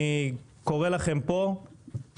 אני קורא לכם אם צריך,